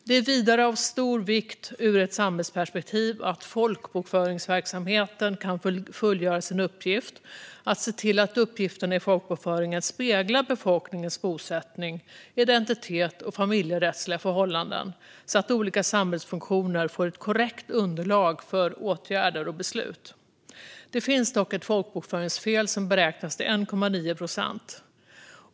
Det är vidare av stor vikt ur ett samhällsperspektiv att folkbokföringsverksamheten kan fullgöra sin uppgift att se till att uppgifterna i folkbokföringen speglar befolkningens bosättning, identitet och familjerättsliga förhållanden, så att olika samhällsfunktioner får ett korrekt underlag för åtgärder och beslut. Det finns dock ett folkbokföringsfel som beräknas till 1,9 procent.